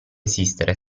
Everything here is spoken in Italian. esistere